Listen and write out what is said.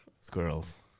Squirrels